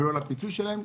ולא לפיצוי שלהם.